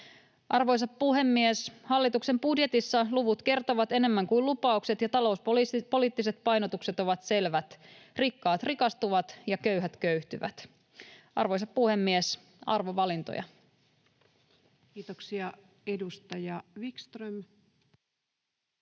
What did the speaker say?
Arvoisa puhemies! Hallituksen budjetissa luvut kertovat enemmän kuin lupaukset, ja talouspoliittiset painotukset ovat selvät: rikkaat rikastuvat ja köyhät köyhtyvät. Arvoisa puhemies! Arvovalintoja. [Speech 409] Speaker: